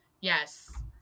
Yes